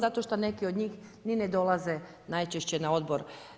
Zato što neki od njih ni ne dolaze najčešće na odbor.